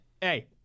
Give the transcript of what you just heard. hey